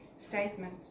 statement